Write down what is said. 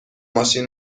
ماشین